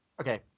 okay